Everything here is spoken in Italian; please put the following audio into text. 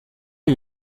gli